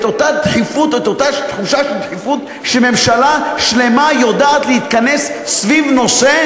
את אותה תחושת דחיפות שממשלה שלמה יודעת להתכנס סביב נושא,